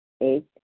Eight